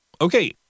okay